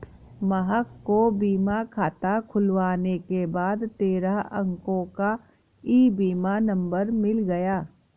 महक को बीमा खाता खुलने के बाद तेरह अंको का ई बीमा नंबर मिल गया